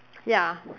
ya